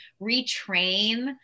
retrain